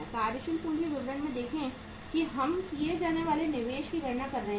कार्यशील पूंजी विवरण में देखें कि हम किए जाने वाले निवेश की गणना कर रहे हैं